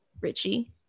Richie